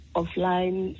offline